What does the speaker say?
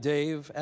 Dave